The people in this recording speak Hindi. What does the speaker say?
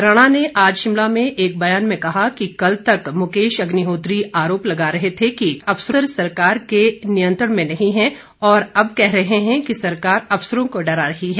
राणा ने आज शिमला में एक बयान में कहा कि कल तक मुकेश अग्निहोत्री आरोप लगा रहे थे कि अफसर सरकार के नियंत्रण में नहीं हैं और अब कह रहे हैं कि सरकार अफसरों को डरा रही है